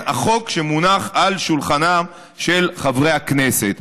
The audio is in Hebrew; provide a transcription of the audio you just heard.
החוק שמונח על שולחנם של חברי הכנסת.